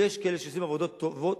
יש כאלה שעושים עבודות טובות.